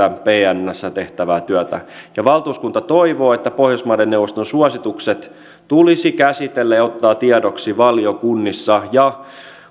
pnssä tehtävää työtä valtuuskunta toivoo että pohjoismaiden neuvoston suositukset tulisi käsitellä ja ottaa tiedoksi valiokunnissa ja